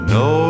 no